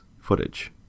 footage